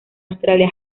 australia